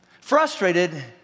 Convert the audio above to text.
frustrated